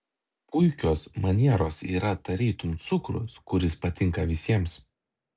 puikios manieros yra tarytum cukrus kuris patinka visiems